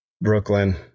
Brooklyn